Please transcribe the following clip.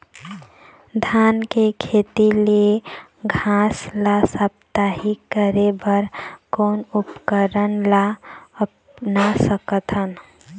धान के खेत ले घास ला साप्ताहिक करे बर कोन उपकरण ला अपना सकथन?